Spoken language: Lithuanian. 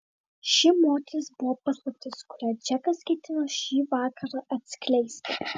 ši moteris buvo paslaptis kurią džekas ketino šį vakarą atskleisti